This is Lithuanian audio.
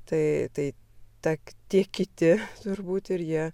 tai tai tak tie kiti turbūt ir jie